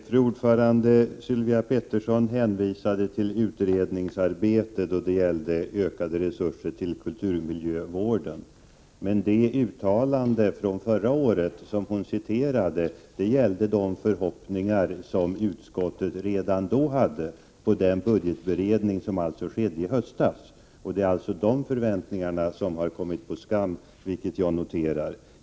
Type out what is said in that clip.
Fru talman! Sylvia Pettersson hänvisade till utredningsarbetet då det gäller ökade resurser till kulturmiljövården. Men det uttalande från förra året som hon citerade gällde de förhoppningar som utskottet hade redan på den budgetberedning som skedde i höstas. Det är alltså de förväntningarna som kommit på skam, vilket jag noterar.